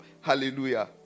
Hallelujah